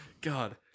God